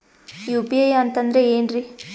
UPI ಅಂತಂದ್ರೆ ಏನ್ರೀ?